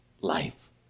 life